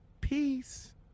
Peace